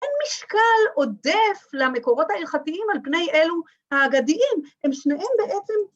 ‫אין משקל עודף למקורות ההלכתיים ‫על פני אלו ההגדיים. ‫הם שניהם בעצם...